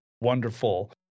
wonderful